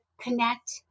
connect